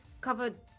covered